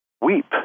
weep